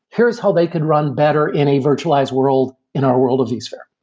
here's how they could run better in a virtualized world in our world of vsphere,